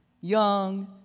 young